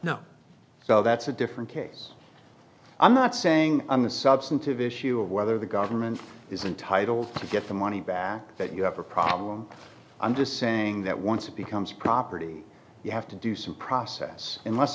no so that's a different case i'm not saying i'm the substantive issue of whether the government is entitled to get the money back that you have a problem i'm just saying that once it becomes property you have to do some process unless